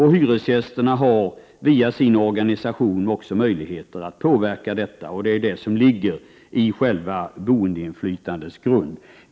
Hyresgästerna har via sin organisation också möjligheter att påverka detta — det är grunden i själva boendeinflytandet.